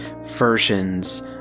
versions